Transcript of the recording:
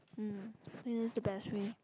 hmm this is the best way